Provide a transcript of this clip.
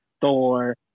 Thor